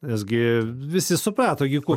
nes gi visi suprato gi kuo